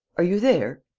are you there.